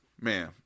Man